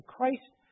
Christ